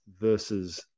versus